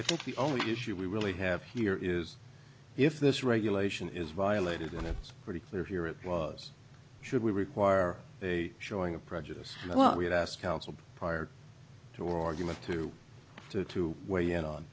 i think the only issue we really have here is if this regulation is violated when it's pretty clear here it was should we require a showing of prejudice well we've asked counsel prior to argument to to to weigh in on